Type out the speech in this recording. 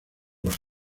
los